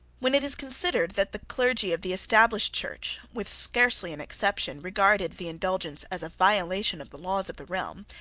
when it is considered that the clergy of the established church, with scarcely an exception, regarded the indulgence as a violation of the laws of the realm,